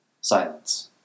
Silence